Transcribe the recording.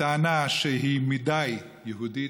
בטענה שהיא מדי יהודית,